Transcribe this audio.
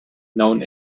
known